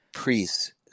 priests